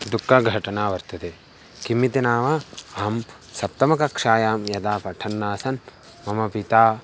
दुःखघटना वर्तते किमिति नाम अहं सप्तमकक्ष्यायां यदा पठन् आसन् मम पिता